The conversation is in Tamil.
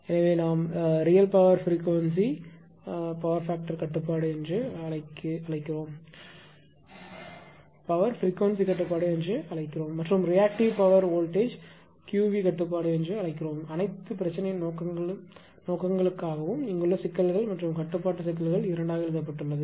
எனவே நாம் real power frequency P f கட்டுப்பாடு என்று அழைக்கிறோம் மற்றும் reactive power voltage Q v கட்டுப்பாடு என்று அழைக்கிறோம் அனைத்து பிரச்சனை நோக்கங்களுக்காகவும் இங்குள்ள சிக்கல்கள் மற்றும் கட்டுப்பாட்டு சிக்கல்கள் இரண்டாக எழுதப்பட்டுள்ளது